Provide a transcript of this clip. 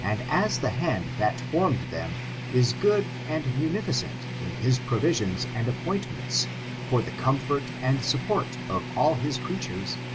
and as the hand that fornied them is good and munifi cent in his provisions and appointments for the com fort and support of all his creatures,